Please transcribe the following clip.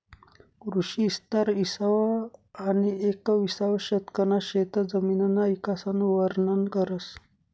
कृषी इस्तार इसावं आनी येकविसावं शतकना शेतजमिनना इकासन वरनन करस